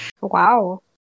Wow